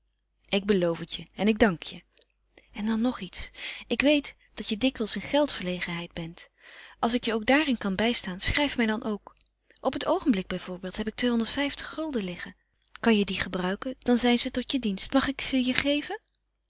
ik beloof het je en ik dank je en dan nog iets ik weet dat je dikwijls in geldverlegenheid bent als ik je ook daarin kan bijstaan schrijf mij dan ook op het oogenblik bijvoorbeeld heb ik tweehonderdvijftig gulden liggen kan je die gebruiken dan zijn ze tot je dienst mag ik ze je geven